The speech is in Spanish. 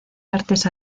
artes